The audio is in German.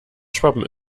schwappen